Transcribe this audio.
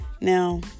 Now